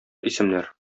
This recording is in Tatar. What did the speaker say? исемнәр